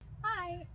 Hi